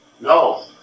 No